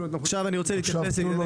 עכשיו תנו לו להתייחס.